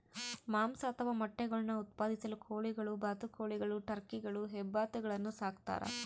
ಮಾಂಸ ಅಥವಾ ಮೊಟ್ಟೆಗುಳ್ನ ಉತ್ಪಾದಿಸಲು ಕೋಳಿಗಳು ಬಾತುಕೋಳಿಗಳು ಟರ್ಕಿಗಳು ಹೆಬ್ಬಾತುಗಳನ್ನು ಸಾಕ್ತಾರ